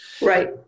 Right